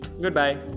Goodbye